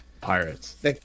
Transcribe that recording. Pirates